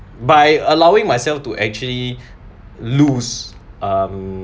by allowing myself to actually lose um